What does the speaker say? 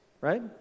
right